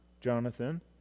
Jonathan